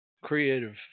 Creative